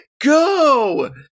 go